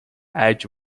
айж